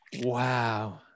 Wow